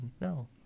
No